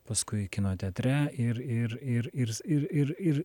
paskui kino teatre ir ir ir ir ir ir